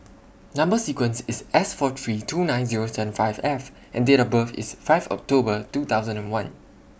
Number sequence IS S four three two nine Zero seven five F and Date of birth IS five of October two thousand and one